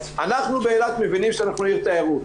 אנחנו באילת מבינים שאנחנו עיר תיירות,